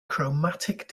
chromatic